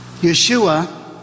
Yeshua